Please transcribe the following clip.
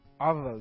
others